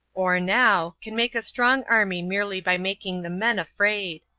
or now, can make a strong army merely by making the men afraid.